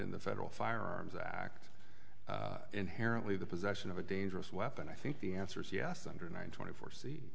in the federal firearms act inherently the possession of a dangerous weapon i think the answer is yes under nine twenty four